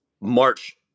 March